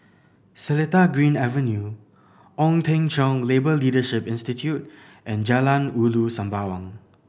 Seletar Green Avenue Ong Teng Cheong Labour Leadership Institute and Jalan Ulu Sembawang